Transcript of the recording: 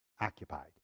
occupied